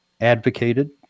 advocated